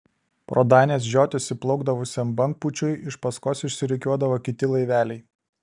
pro danės žiotis įplaukdavusiam bangpūčiui iš paskos išsirikiuodavo kiti laiveliai